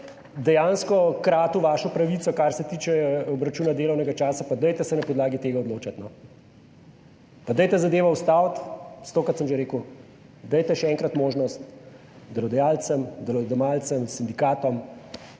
dejansko kratil vašo pravico, kar se tiče obračuna delovnega časa. Pa dajte se na podlagi tega odločiti. Dajte zadevo ustaviti. Stokrat sem že rekel dajte še enkrat možnost delodajalcem, delojemalcem, sindikatom,